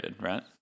right